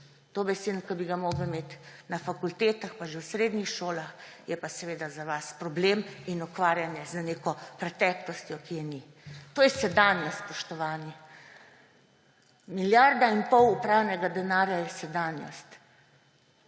ki bi ga morali imeti na fakultetah, pa že v srednjih šolah, je pa seveda za vas problem in ukvarjanje z neko preteklostjo, ki je ni. To je sedanjost, spoštovani. Milijarda in pol opranega denarja je sedanjost.